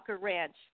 Ranch